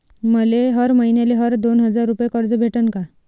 मले हर मईन्याले हर दोन हजार रुपये कर्ज भेटन का?